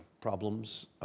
problems